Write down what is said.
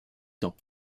temps